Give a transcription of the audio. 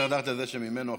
איך הידרדרת לזה שממנו,